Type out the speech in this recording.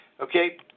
Okay